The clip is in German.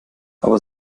aber